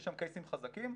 יש שם קייסים חזקים,